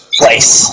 place